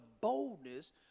boldness